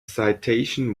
citation